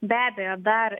be abejo dar